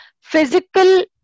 physical